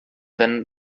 wenn